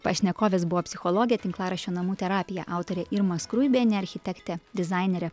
pašnekovės buvo psichologė tinklaraščio namų terapija autorė irma skruibienė architektė dizainerė